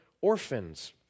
orphans